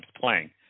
playing